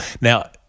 Now